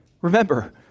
Remember